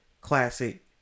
classic